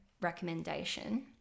recommendation